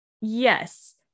Yes